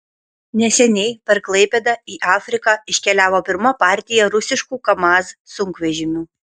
neseniai per klaipėdą į afriką iškeliavo pirma partija rusiškų kamaz sunkvežimių